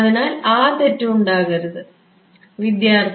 അതിനാൽ ആ തെറ്റ് ഉണ്ടാകരുത്